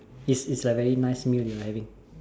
it's it's like very nice meal you having